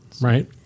Right